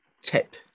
tip